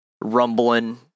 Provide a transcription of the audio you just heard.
rumbling